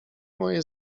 moje